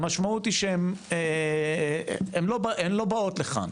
המשמעות היא שהן לא באות לכאן,